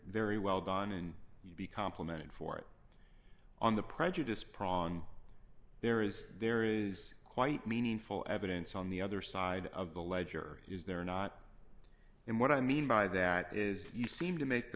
very well done and you'd be complimented for it on the prejudice prong there is there is quite meaningful evidence on the other side of the ledger is there not and what i mean by that is you seem to make the